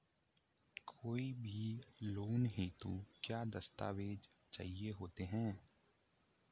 कोई भी लोन हेतु क्या दस्तावेज़ चाहिए होते हैं?